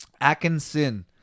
Atkinson